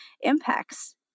impacts